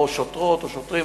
או שוטרות או שוטרים,